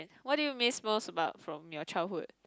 what do you miss most about from your childhood